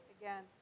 again